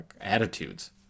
attitudes